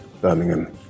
Birmingham